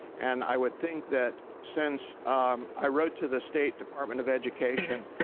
and i would think that since um i wrote to the state department of education,